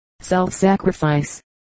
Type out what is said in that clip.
self-sacrifice